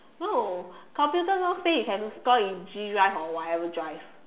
no computer no space have to store in G drive or whatever drive